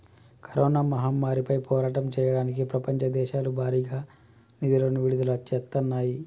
corona మహమ్మారిపై పోరాటం చెయ్యడానికి ప్రపంచ దేశాలు భారీగా నిధులను విడుదల చేత్తన్నాయి